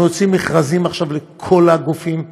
אנחנו עושים מכרזים עכשיו לכל הגופים,